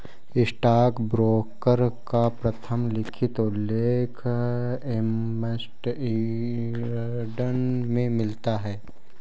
stockbroker का प्रथम लिखित उल्लेख एम्स्टर्डम में मिलता है